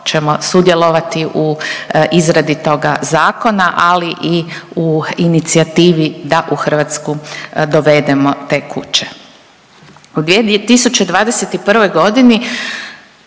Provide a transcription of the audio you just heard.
ćemo sudjelovati u izradi toga zakona, ali i u inicijativi da u Hrvatsku dovedemo te kuće. U 2021.g.